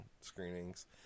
screenings